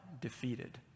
defeated